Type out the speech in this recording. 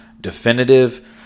definitive